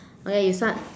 okay you start